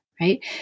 right